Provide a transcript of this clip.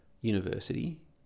university